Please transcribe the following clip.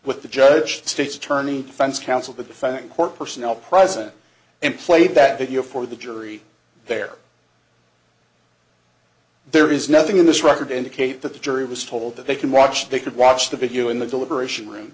with the judge states attorney fence counsel the fact court personnel present and played that video for the jury there there is nothing in this record indicate that the jury was told that they can watch they could watch the video in the deliberation room